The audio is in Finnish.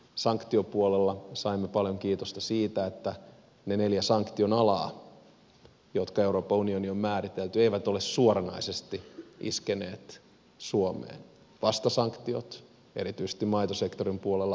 sanktiopuolella saimme paljon kiitosta siitä että ne neljä sanktion alaa jotka euroopan unioni on määritellyt eivät ole suoranaisesti iskeneet suomeen vastasanktiot erityisesti maitosektorin puolella ovat kylläkin iskeneet suomeen